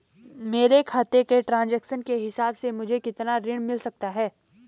मेरे खाते के ट्रान्ज़ैक्शन के हिसाब से मुझे कितना ऋण मिल सकता है?